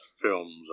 films